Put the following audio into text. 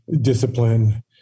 discipline